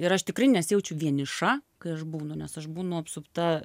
ir aš tikrai nesijaučiu vieniša kai aš būnu nes aš būnu apsupta